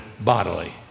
bodily